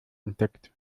entdeckt